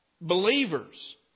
Believers